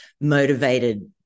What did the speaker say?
motivated